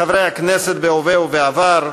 חברי הכנסת בהווה ובעבר,